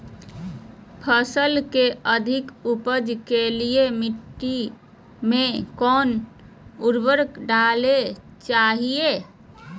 फसल के अधिक उपज के लिए मिट्टी मे कौन उर्वरक डलना चाइए?